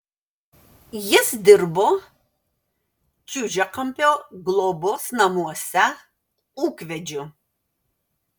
jis dirbo čiužiakampio globos namuose ūkvedžiu